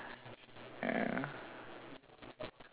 ya